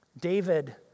David